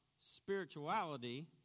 spirituality